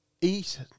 eat